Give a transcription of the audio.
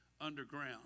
underground